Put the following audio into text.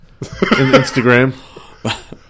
Instagram